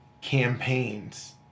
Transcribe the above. campaigns